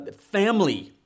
family